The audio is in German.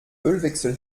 ölwechsel